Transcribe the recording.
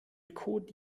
code